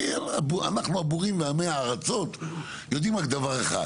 אנחנו הבורים ועמי הארצות יודעים רק דבר אחד.